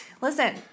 Listen